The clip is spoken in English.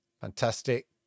fantastic